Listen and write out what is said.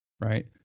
Right